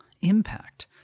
impact